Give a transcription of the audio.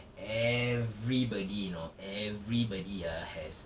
everybody you know everybody ah has